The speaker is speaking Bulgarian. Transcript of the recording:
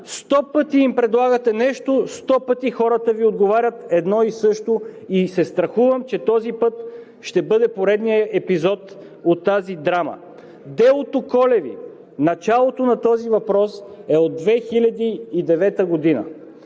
Сто пъти им предлагате нещо, сто пъти хората Ви отговарят едно и също, и се страхувам, че този път ще бъде поредният епизод от тази драма. Делото Колеви – началото на този въпрос е от 2009 г.,